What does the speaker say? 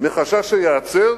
מחשש שייעצר.